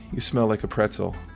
you smell like a pretzel.